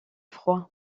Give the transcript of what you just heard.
froid